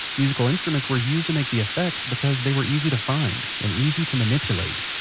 musical instruments were used to make the effects because they were easy to find, and easy to manipulate.